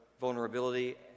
vulnerability